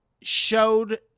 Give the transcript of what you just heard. showed